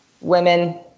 women